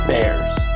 Bears